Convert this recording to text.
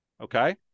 Okay